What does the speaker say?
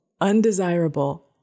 undesirable